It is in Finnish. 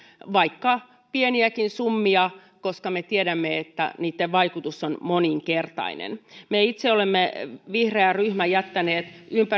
vaikka pieniäkin summia koska me tiedämme että niitten vaikutus on moninkertainen me itse vihreä ryhmä olemme jättäneet